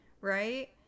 right